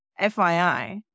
FYI